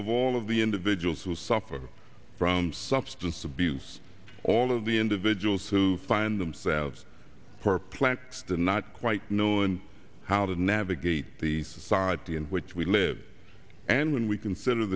of all of the individuals who suffer from substance abuse all of the individuals who find themselves perplexed and not quite knowing how to navigate the society in which we live and when we consider